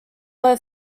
were